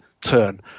turn